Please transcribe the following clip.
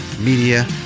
media